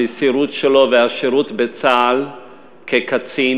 המסירות שלו והשירות בצה"ל כקצין